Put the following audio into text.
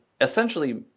essentially